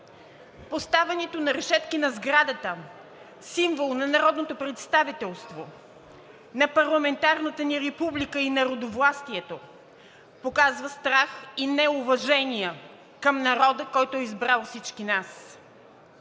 Поставянето на решетки на сградата – символ на народното представителство, на парламентарната ни република и народовластието, показва страх и неуважение към народа, който е избрал всички нас.